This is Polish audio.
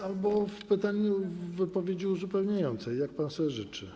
Albo w pytaniu, w wypowiedzi uzupełniającej, jak pan sobie życzy.